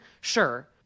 sure